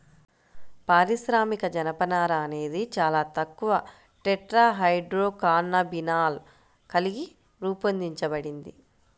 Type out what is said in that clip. పారిశ్రామిక జనపనార అనేది చాలా తక్కువ టెట్రాహైడ్రోకాన్నబినాల్ కలిగి రూపొందించబడింది